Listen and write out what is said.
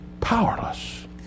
powerless